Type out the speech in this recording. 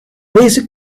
basic